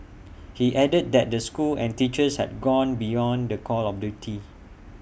he added that the school and teachers had gone beyond the call of duty